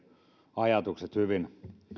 ajatukset hyvin